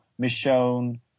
Michonne